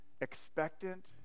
expectant